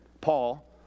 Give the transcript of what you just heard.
Paul